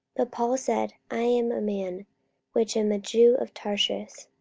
but paul said, i am a man which am a jew of tarsus,